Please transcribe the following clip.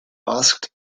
asked